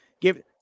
give